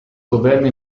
governo